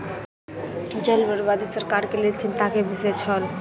जलक बर्बादी सरकार के लेल चिंता के विषय छल